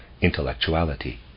intellectuality